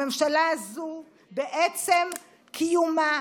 הממשלה הזו בעצם קיומה